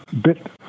bit